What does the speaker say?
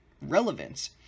Relevance